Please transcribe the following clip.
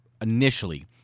initially